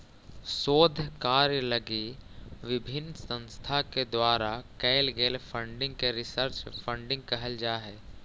शोध कार्य लगी विभिन्न संस्था के द्वारा कैल गेल फंडिंग के रिसर्च फंडिंग कहल जा हई